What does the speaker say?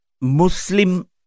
Muslim